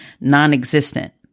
non-existent